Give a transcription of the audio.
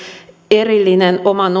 erillinen oman